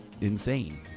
insane